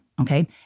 Okay